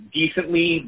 decently